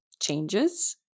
changes